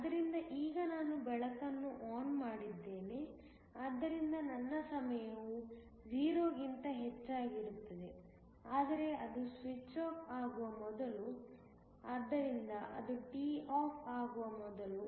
ಆದ್ದರಿಂದ ಈಗ ನಾನು ಬೆಳಕನ್ನು ಆನ್ ಮಾಡಿದ್ದೇನೆ ಆದ್ದರಿಂದ ನನ್ನ ಸಮಯವು 0 ಕ್ಕಿಂತ ಹೆಚ್ಚಾಗಿರುತ್ತದೆ ಆದರೆ ಅದು ಸ್ವಿಚ್ ಆಫ್ ಆಗುವ ಮೊದಲು ಆದ್ದರಿಂದ ಅದು toff ಆಗುವ ಮೊದಲು